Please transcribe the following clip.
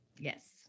Yes